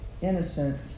innocent